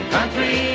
Country